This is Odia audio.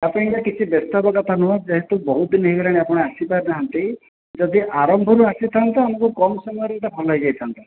ତା ପାଇଁକା କିଛି ବ୍ୟସ୍ତହେବା କଥା ନୁହଁ ଯେହେତୁ ବହୁତ ଦିନ ହେଇଗଲାଣି ଆପଣ ଆସିପାରି ନାହାନ୍ତି ଯଦି ଆରମ୍ଭରୁ ଅସିଥାନ୍ତେ ଆମକୁ କମ୍ ସମୟରେ ଏଇଟା ଭଲ ହେଇ ଯାଇଥାନ୍ତା